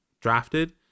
drafted